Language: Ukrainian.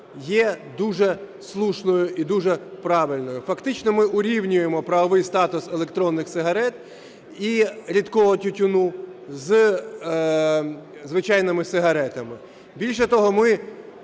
є дуже слушною і дуже правильною. Фактично ми урівнюємо правовий статус електронних сигарет і рідкого тютюну зі звичайними сигаретами. Більше того, ми